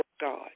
God